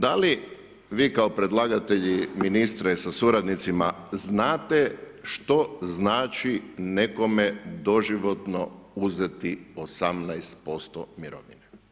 Da li vi kao predlagatelji ministre sa suradnicima znate što znači nekome doživotno uzeti 18% mirovine?